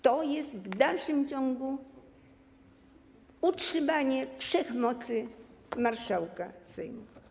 To jest w dalszym ciągu utrzymanie wszechmocy marszałka Sejmu.